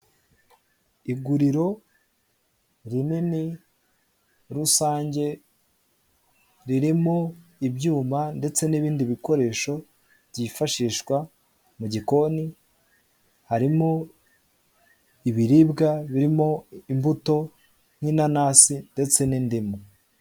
Iguriro rinini rusange ririmo ibyuma ndetse n'ibindi bikoresho byifashishwa mu gikoni harimo ibiribwa birimo imbuto n'inanasi ndetse n'indimu